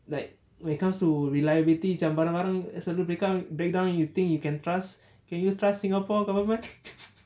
like when it comes to reliability macam barang-barang selalu breakdown you think you can trust can you trust singapore government